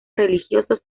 religiosos